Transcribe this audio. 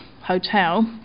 hotel